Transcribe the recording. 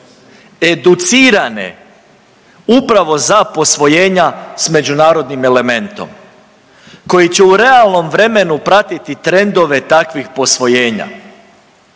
educirane upravo za posvojenja s međunarodnim elementom koji će u realnom vremenu pratiti trendove takvih posvojenja,